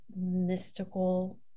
mystical